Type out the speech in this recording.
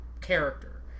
character